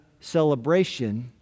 celebration